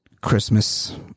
Christmas